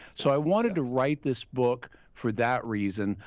so, i wanted to write this book for that reason.